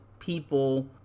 people